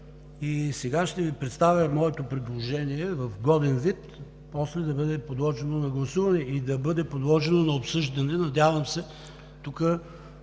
Сега ще Ви представя моето предложение в годен вид, после да бъде подложено на гласуване и да бъде подложено на обсъждане. Надявам се,